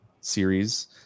series